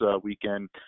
weekend